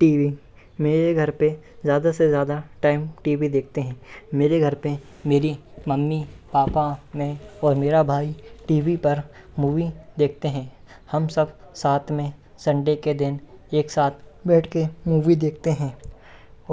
कि मेरे घर पे ज़्यादा से ज़्यादा टाइम टी वी देखते हैं मेरे घर पे मेरी मम्मी पापा मैं और मेरा भाई टी वी पर मूवी देखते हैं हम सब साथ में संडे के दिन एक साथ बैठ के मूवी देखते हैं